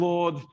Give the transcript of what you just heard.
Lord